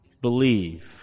believe